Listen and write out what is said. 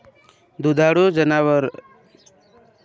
दुधाळू जनावराइले वला अस सुका चारा किती द्या लागन?